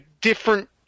different